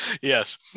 yes